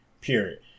Period